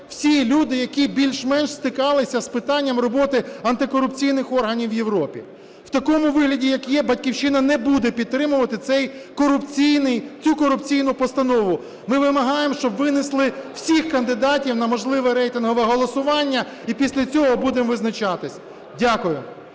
всі люди, які більш-менш стикалися з питанням роботи антикорупційних органів у Європі. У такому вигляді, як є "Батьківщина" не буде підтримувати цю корупційну постанову. Ми вимагаємо, щоб винесли всіх кандидатів на можливе рейтингове голосування і після цього будемо визначатися. Дякую.